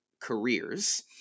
careers